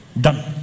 Done